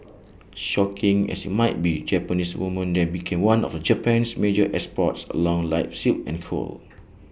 shocking as IT might be Japanese woman then became one of Japan's major exports along line silk and coal